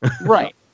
Right